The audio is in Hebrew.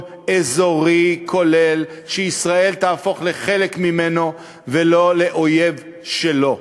אזורי כולל שישראל תהפוך לחלק ממנו ולא לאויב שלו.